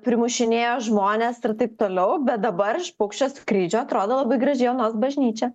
primušinėjo žmones ir taip toliau bet dabar iš paukščio skrydžio atrodo labai gražiai onos bažnyčia